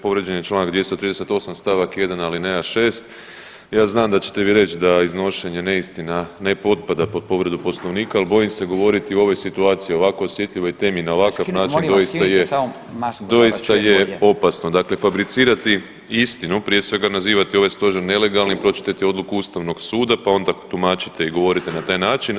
Povrijeđen je čl. 238. st. 1. alineja 6. Ja znam da ćete vi reć da iznošenje neistina ne potpada pod povredu Poslovnika, al bojim se govoriti u ovoj situaciju o ovako osjetljivoj temi na ovakav način doista je, doista je opasno, dakle fabricirati istinu, prije svega nazivati ovaj stožer nelegalnim, pročitajte odluku ustavnog suda, pa onda tumačite i govorite na taj način.